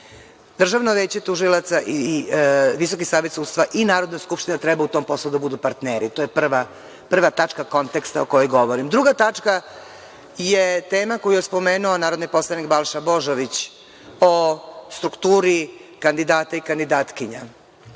Državno veće tužilaca i VSS i Narodna skupština treba u tom poslu da budu partneri. To je prva tačka konteksta o kojoj govorim. Druga tačka je tema koju je spomenuo narodni poslanik Balša Božović o strukturi kandidata i kandidatkinja